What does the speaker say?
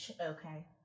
Okay